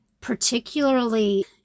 particularly